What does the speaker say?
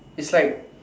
it's like